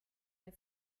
der